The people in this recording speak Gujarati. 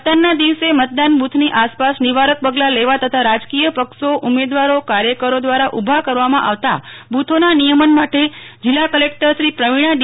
મતદાનના દિવસે મતદાન બુથની આસપાસ નિવારક પગલાં લેવા તથા રાજકીય પક્ષો ઉમેદવારો કાર્યકરો દ્વારા ઉભા કરવામાં આવતા બુથોના નિયમન માટે જિલ્લા મેજીસ્ટ્રેટશ્રી પ્રવિણા ડી